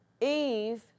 Eve